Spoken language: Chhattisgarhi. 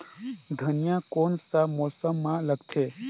धनिया कोन सा मौसम मां लगथे?